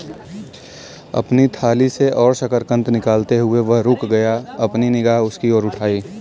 अपनी थाली से और शकरकंद निकालते हुए, वह रुक गया, अपनी निगाह उसकी ओर उठाई